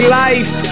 life